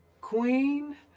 Queen